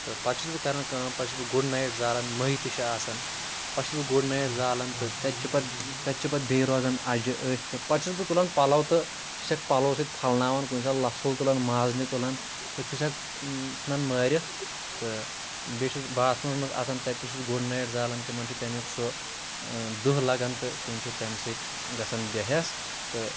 تہٕ پَتہٕ چھُس بہٕ کَران کٲم پَتہٕ چھُس بہٕ گُڈ نایِٹ زالان مٔہۍ تہِ چھِ آسان پَتہٕ چھُس بہٕ گُڈ نایِٹ زالَن تہٕ تَتہِ چھِ پَتہٕ تَتہِ چھِ پَتہٕ بیٚیہِ روزان اَجہِ أتھۍ تہٕ پَتہٕ چھُس بہٕ تُلان پَلَو تہٕ چھُسَکھ پَلو سۭتۍ پھَلناوان کُنہِ ساتہٕ لژھُل تُلان مازنہِ تُلان تہٕ چھُسَکھ ژھٕنان مٲرِتھ تہٕ بیٚیہِ چھُس باتھ روٗمَس منٛز اَژان تَتہِ تہِ چھُس گُڈ نایٹ زالان تِمَن چھُ تَمیُک سُہ دَہ لَگان تہٕ تِم چھِ تَمہِ سۭتۍ گژھان بے ہَس تہٕ